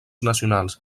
nacionals